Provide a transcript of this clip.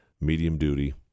medium-duty